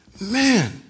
man